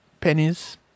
Pennies